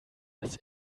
das